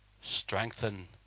strengthen